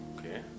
Okay